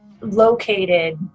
located